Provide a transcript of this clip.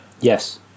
Yes